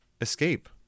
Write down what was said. escape